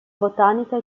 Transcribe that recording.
botanica